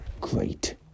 great